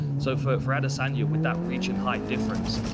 so for for adesanya, with that reach and height difference,